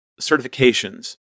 certifications